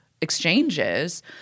exchanges